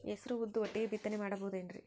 ಹೆಸರು ಉದ್ದು ಒಟ್ಟಿಗೆ ಬಿತ್ತನೆ ಮಾಡಬೋದೇನ್ರಿ?